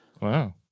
Wow